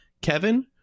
Kevin